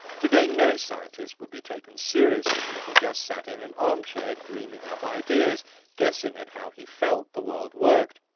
today, no scientist would be taken seriously if he just sat in an armchair dreaming up ideas guessing up how he felt the world worked.